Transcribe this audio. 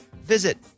Visit